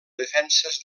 defenses